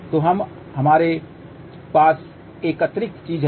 तो अब हमारे पास एक अतिरिक्त चीज है